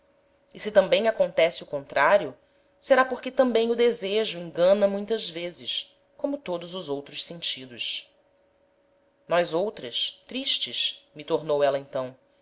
e se tambem acontece o contrario será porque tambem o desejo engana muitas vezes como todos os outros sentidos nós outras tristes me tornou éla então